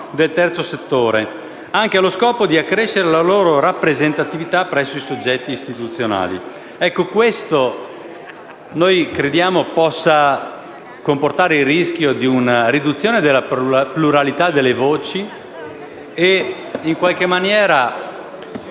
del terzo settore, anche allo scopo di accrescere la loro rappresentatività presso i soggetti istituzionali. Crediamo che ciò possa comportare il rischio di una riduzione della pluralità delle voci e, in qualche maniera,